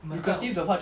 must start own